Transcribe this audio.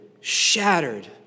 shattered